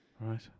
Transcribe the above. Right